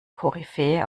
koryphäe